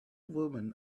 women